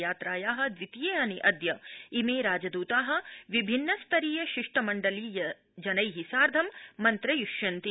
यात्राया द्वितीये हनि अद्य इमे राजदता विभिन्न शिष्टमण्डलै सार्धं मन्त्रयिष्यन्ति